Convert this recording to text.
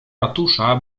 ratusza